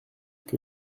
que